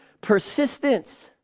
Persistence